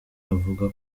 avuga